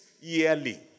yearly